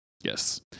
Yes